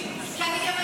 אני חושבת